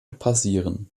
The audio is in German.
passieren